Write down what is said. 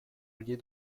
relier